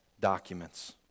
documents